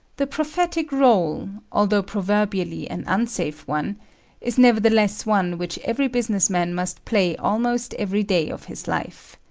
the prophetic role although proverbially an unsafe one is nevertheless one which every business man must play almost every day of his life.